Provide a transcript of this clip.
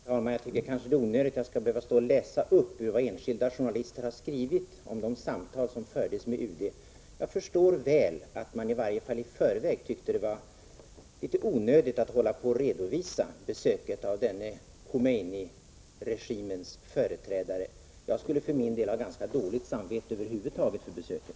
Herr talman! Det är kanske onödigt att jag skall behöva stå och läsa upp vad enskilda journalister har skrivit om de samtal som fördes med UD. Jag förstår mycket väl att mani varje fall i förväg tyckte det var litet onödigt att redovisa besöket av denne Khomeini-regimens företrädare. Jag skulle för min del ha ganska dåligt samvete över huvud taget för besöket.